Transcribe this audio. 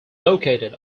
located